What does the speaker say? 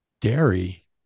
dairy